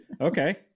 okay